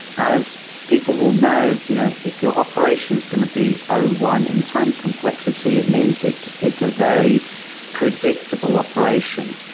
as people will know, you know if your operation is going to be o one in time complexity, it means it's it's a very predictable operation.